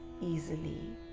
easily